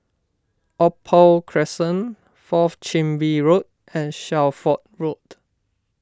Opal Crescent Fourth Chin Bee Road and Shelford Road